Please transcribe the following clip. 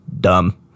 dumb